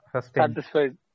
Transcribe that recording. satisfied